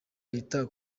leta